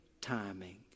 timing